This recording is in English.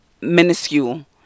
minuscule